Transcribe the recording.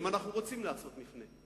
אם אנחנו רוצים לעשות מפנה.